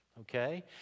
okay